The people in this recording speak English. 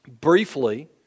briefly